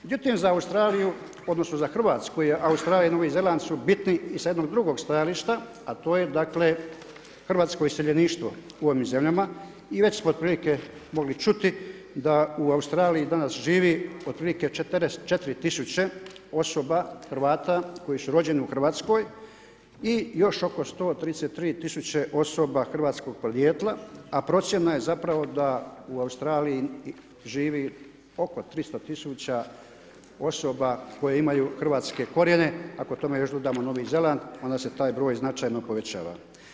Međutim za Australiju, odnosno za Hrvatsku je, Australija i novi Zeland su bitni i sa jednog drugog stajališta, a to je dakle, hrvatsko iseljeništvo u ovim zemljama i već smo otprilike mogli čuti, da u Australiji danas živi otprilike 44 tisuće osoba Hrvata, koji su rođeni u Hrvatskoj i još oko 133 tisuće osoba hrvatskog porijekla, a procjena je zapravo da u Australiji živi oko 300 tisuća osoba koja imaju hrvatske korijene, ako tome dodamo Novi Zeland onda se taj broj značajno povećava.